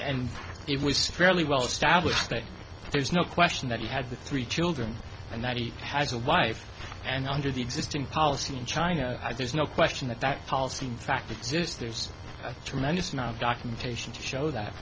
and it was fairly well established that there's no question that he had the three children and that he has a wife and under the existing policy in china as there's no question that that policy in fact exists there's a tremendous amount of documentation to show that